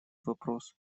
вопрос